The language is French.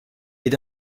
est